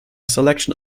selection